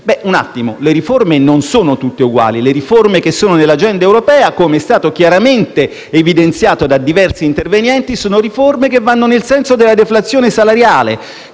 Un attimo: le riforme non sono tutte uguali. Quelle che sono nell'agenda europea - come è stato chiaramente evidenziato da diversi interventi - vanno nel senso della deflazione salariale,